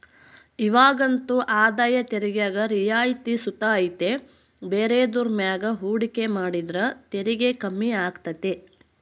ಇವಾಗಂತೂ ಆದಾಯ ತೆರಿಗ್ಯಾಗ ರಿಯಾಯಿತಿ ಸುತ ಐತೆ ಬೇರೆದುರ್ ಮ್ಯಾಗ ಹೂಡಿಕೆ ಮಾಡಿದ್ರ ತೆರಿಗೆ ಕಮ್ಮಿ ಆಗ್ತತೆ